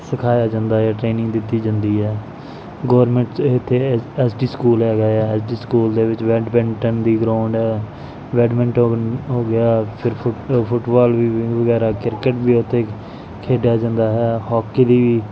ਸਿਖਾਇਆ ਜਾਂਦਾ ਹੈ ਟ੍ਰੇਨਿੰਗ ਦਿੱਤੀ ਜਾਂਦੀ ਹੈ ਗੌਰਮੈਂਟ ਇੱਥੇ ਐਸ ਡੀ ਸਕੂਲ ਹੈਗਾ ਆ ਐਸ ਡੀ ਸਕੂਲ ਦੇ ਵਿੱਚ ਬੈਡਮਿੰਟਨ ਦੀ ਗਰਾਊਂਡ ਬੈਡਮਿੰਟਨ ਹੋ ਗਿਆ ਫਿਰ ਫੁੱ ਫੁੱਟਬਾਲ ਵੀ ਵਗੈਰਾ ਕ੍ਰਿਕਟ ਵੀ ਉੱਥੇ ਖੇਡਿਆ ਜਾਂਦਾ ਹੈ ਹਾਕੀ ਦੀ ਵੀ